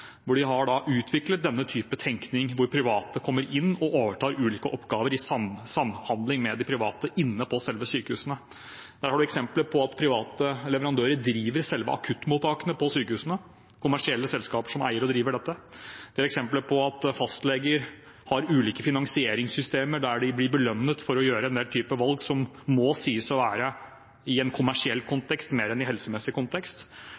hvor de har utviklet denne typen tenkning, at private kommer inn og overtar ulike oppgaver, i samhandling, inne på selve sykehusene. Der har man eksempler på at private leverandører driver selve akuttmottakene på sykehusene – det er kommersielle selskaper som eier og driver disse. Det er eksempler på at fastleger har ulike finansieringssystemer der de blir belønnet for å gjøre en del typer valg som må sies å være mer i en kommersiell kontekst enn i en helsemessig kontekst.